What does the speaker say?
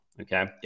Okay